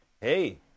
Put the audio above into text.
Hey